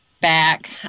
back